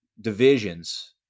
divisions